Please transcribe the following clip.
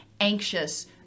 anxious